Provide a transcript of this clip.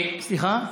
סליחה?